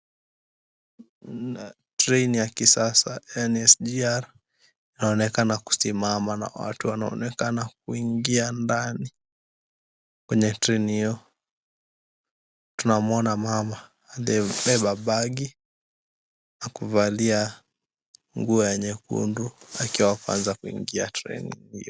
Treni ya kisasa yaani SGR inaonekana kusimama na watu wanaonekana kuingia ndani kwenye treni hiyo, tunamuona mama aliyebeba bagi na kuvalia nguo ya nyekundu akiwa anaanza kuingiza kwa treni hiyo.